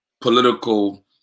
political